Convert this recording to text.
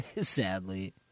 Sadly